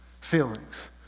feelings